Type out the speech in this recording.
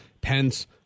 Pence